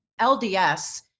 LDS